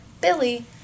Billy